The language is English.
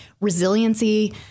resiliency